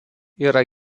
yra